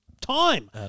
time